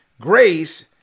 Grace